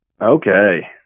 Okay